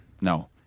No